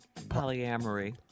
Polyamory